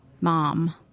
mom